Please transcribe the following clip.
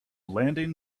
landing